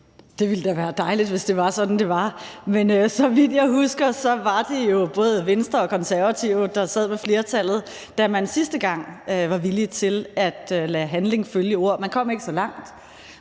Det ville da være dejligt, hvis det var sådan; men så vidt jeg husker, var det jo både Venstre og Konservative, der sad med flertallet, da man sidste gang var villig til at lade handling følge ord. Man kom ikke så langt.